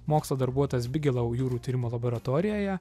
mokslo darbuotojas bigelou jūrų tyrimų laboratorijoje